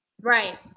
right